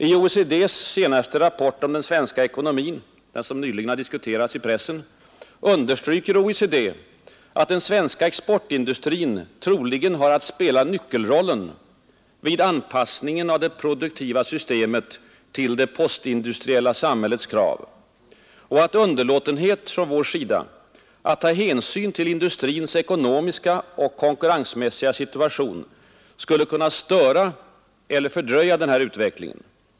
I OECD:s senaste rapport om den svenska ekonomin, den som nyligen har diskuterats i pressen, understryker organisationen, att den svenska exportindustrin troligen har att spela nyckelrollen vid anpassningen av det produktiva systemet till det postindustriella samhällets krav och att underlåtenhet från vår sida att ta hänsyn till industrins ekonomiska och konkurrensmässiga situation skulle kunna störa eller fördröja denna utveckling.